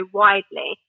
widely